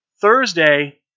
Thursday